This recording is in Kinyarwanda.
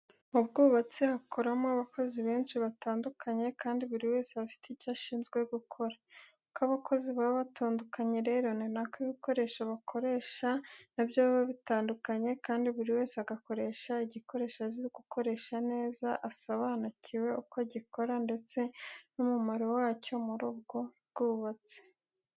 Mu bwubatsi hakoramo abakozi benshi batandukanye kandi buri wese aba afite icyo ashinzwe gukora. Uko abakozi baba batandukanye rero ni nako ibikoresho bakoresha na byo biba bitandukanye kandi buri wese agakoresha igikoresho azi gukoresha neza, asobanukiwe uko gikora ndetse n'umumaro wacyo muri ubwo bwubatsi.